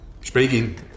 Speaking